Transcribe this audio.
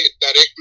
directly